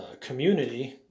community